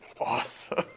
awesome